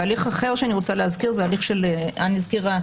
והליך אחר שאני רוצה להזכיר זה הליך שאן הזכירה,